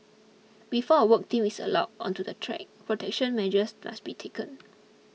before a work team is allowed onto the track protection measures must be taken